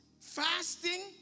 fasting